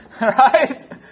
Right